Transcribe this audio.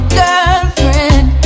girlfriend